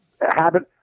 habit